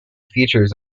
features